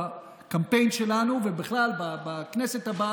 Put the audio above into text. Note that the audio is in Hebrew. בקמפיין שלנו ובכלל בכנסת הבאה,